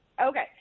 Okay